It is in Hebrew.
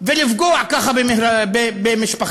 ולפגוע ככה במשפחה?